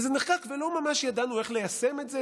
וזה נחקק, ולא ממש ידענו איך ליישם את זה.